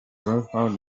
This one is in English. throughout